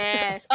Yes